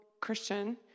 Christian